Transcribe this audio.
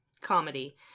comedy